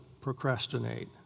procrastinate